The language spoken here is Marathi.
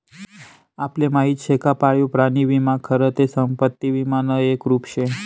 आपले माहिती शे का पाळीव प्राणी विमा खरं ते संपत्ती विमानं एक रुप शे